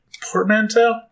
portmanteau